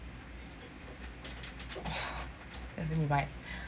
然后你买 ah